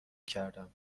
کردم